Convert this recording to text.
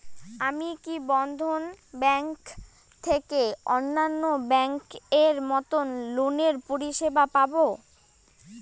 আমি কি বন্ধন ব্যাংক থেকে অন্যান্য ব্যাংক এর মতন লোনের পরিসেবা পাব?